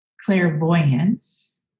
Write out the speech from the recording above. clairvoyance